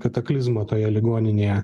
kataklizmo toje ligoninėje